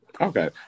Okay